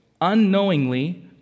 unknowingly